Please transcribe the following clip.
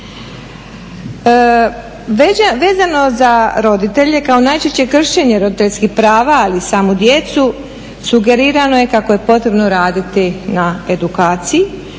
Vezano za roditelje kao najčešće kršenje roditeljskih prava ali samu djecu sugerirano je kako je potrebno raditi na edukaciji